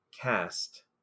cast